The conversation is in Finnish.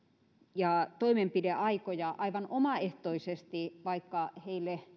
ja toimenpideaikoja aivan omaehtoisesti vaikka heille